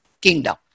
kingdom